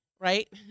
Right